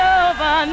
over